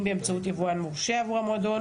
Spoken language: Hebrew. אם באמצעות יבואן מורשה עבור המועדון